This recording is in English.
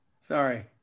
Sorry